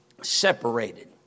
separated